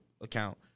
account